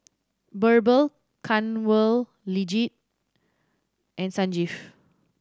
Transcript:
Birbal Kanwaljit and Sanjeev